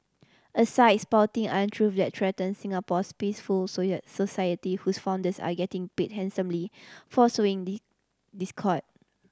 a site spouting untruth that threaten Singapore's peaceful society whose founders are getting paid handsomely for sowing discord